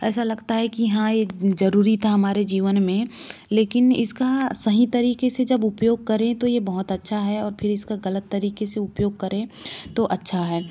ऐसा लगता है कि हाँ एक जरूरी था हमारे जीवन में लेकिन इसका सहीं तरीके से जब उपयोग करें तो ये बहुत अच्छा है और फिर इसका गलत तरीके से उपयोग करें तो अच्छा है